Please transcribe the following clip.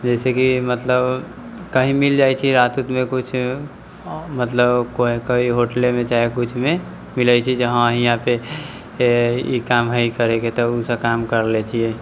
जइसे कि मतलब कही मिल जाइत छै रात उतमे किछु मतलब कोइ कोइ होटलेमे चाहे किछुमे मिलैत छै जे हँ हियाँ पे ई काम हय करैके तऽ ओ सब काम कर लै छियै